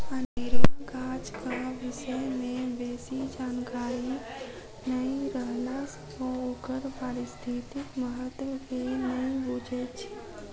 अनेरुआ गाछक विषय मे बेसी जानकारी नै रहला सँ ओकर पारिस्थितिक महत्व के नै बुझैत छी